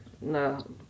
No